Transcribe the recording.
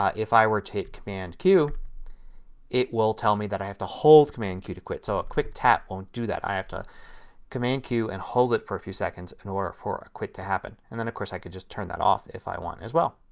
if i were to hit command q it will tell me that i have to hold command q to quit. so a quick tap won't do that. i have to command q and hold it for a few seconds in order for ah quit to happen. and then of course i can turn that off if i want as well.